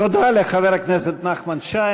תודה לחבר הכנסת נחמן שי.